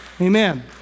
Amen